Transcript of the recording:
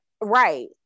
right